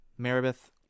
Maribeth